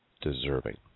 deserving